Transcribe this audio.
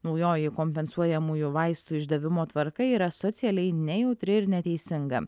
naujoji kompensuojamųjų vaistų išdavimo tvarka yra socialiai nejautri ir neteisinga